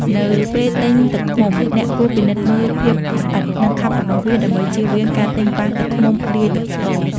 នៅពេលទិញទឹកឃ្មុំ អ្នកគួរពិនិត្យមើលភាពស្អិត និងខាប់របស់វា ដើម្បីជៀសវាងការទិញប៉ះទឹកឃ្មុំលាយទឹកស្ករ។